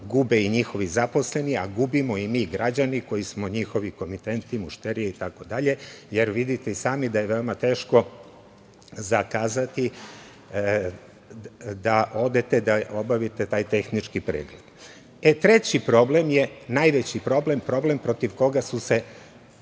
gube i njihovi zaposleni, a gubimo i mi građani koji smo njihovi komitenti, mušterije itd. jer vidite i sami da je veoma teško zakazati da odete da obavite taj tehnički pregled. Treći problem je najveći problem, problem protiv koga su se